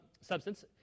substance